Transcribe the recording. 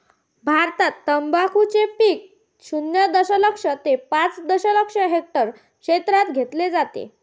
भारतात तंबाखूचे पीक शून्य दशलक्ष ते पाच दशलक्ष हेक्टर क्षेत्रात घेतले जाते